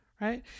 right